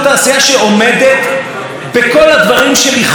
בגללם שרת התרבות ביקשה לעשות את התיקון הזה.